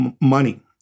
money